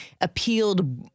appealed